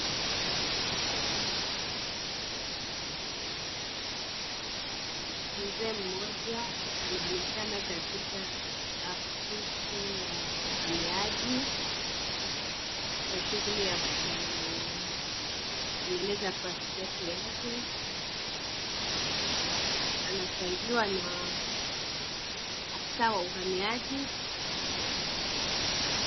Mzee mmoja anaonekana katika ofisi ya uhamiaji kwa shughuli ya kutengeneza paspoti yake, anasaidiwa na afisa wa uhamiaji.